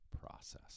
process